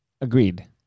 Agreed